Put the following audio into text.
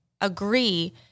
agree